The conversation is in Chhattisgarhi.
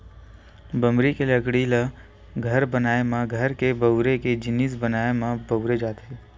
बमरी के लकड़ी ल घर बनाए म, घर के बउरे के जिनिस बनाए म बउरे जाथे